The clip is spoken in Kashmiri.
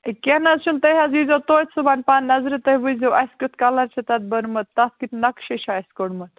ہَے کیٚنٛہہ نہَ حظ چھُنہٕ تُہۍ حظ ییٖزیٚو توٚتہِ صُبحن پانہٕ نظرِ تُہۍ وُچھ زیٚو اَسہِ کٮُ۪تھ کلر چھُ تتھ بوٚرمُت تتھ کٮُ۪تھ نقشہٕ چھُ اَسہِ کوٚرمُت